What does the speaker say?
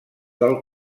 del